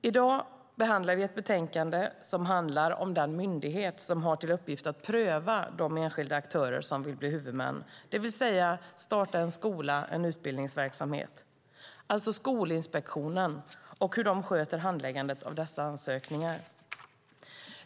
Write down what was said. I dag behandlar vi ett betänkande som handlar om den myndighet som har till uppgift att pröva de enskilda aktörer som vill bli huvudmän och starta en skola eller annan utbildningsverksamhet, alltså Skolinspektionen, och hur de sköter handläggandet av dessa ansökningar.